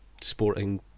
sporting